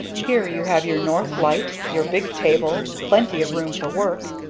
here you have your north light your big table plenty of room for work!